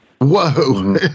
Whoa